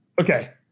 Okay